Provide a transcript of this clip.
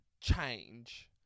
change